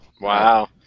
Wow